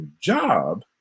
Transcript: job